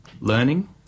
learning